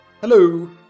Hello